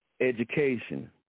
education